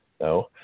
No